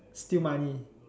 steal money